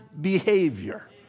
behavior